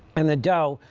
and the dough,